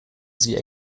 sie